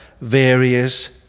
various